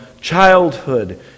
childhood